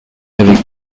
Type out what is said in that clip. avec